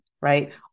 right